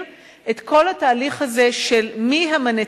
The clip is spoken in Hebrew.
את כל התהליך הזה של מי הם הנציגים,